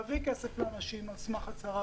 להביא כסף לאנשים על סמך הצהרה,